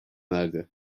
verdi